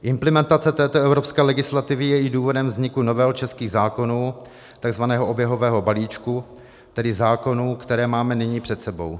Implementace této evropské legislativy je i důvodem vzniku novel českých zákonů, tzv. oběhového balíčku, tedy zákonů, které máme nyní před sebou.